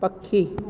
पखी